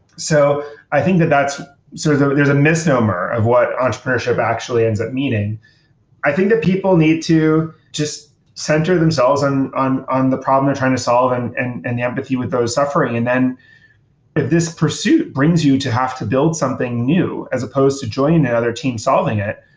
so i think that that's so so there's a misnomer of what entrepreneurship actually ends up meaning i think that people need to just just center themselves and on on the problem they're trying to solve and and and the empathy with those suffering. and then if this pursuit brings you to have to build something new, as opposed to joining that other team solving it,